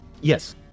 Yes